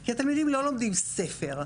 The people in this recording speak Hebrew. כי התלמידים לא לומדים ספר,